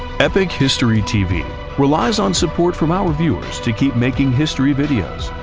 epic history tv relies on support from our viewers to keep making history videos.